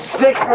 sick